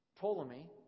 Ptolemy